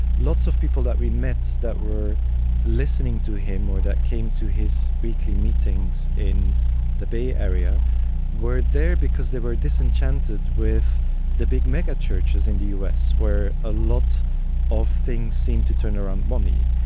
lots of people that we met that were listening to him or that came to his weekly meetings in the bay area were there because they were disenchanted with the big mega-churches in the us where are a lot of things seemed to turn around money,